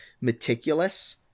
meticulous